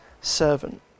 servant